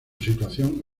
situación